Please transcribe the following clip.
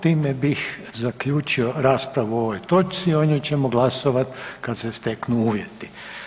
Time bih zaključio raspravu o ovoj točci, o njoj ćemo glasovat kada se steknu uvjeti.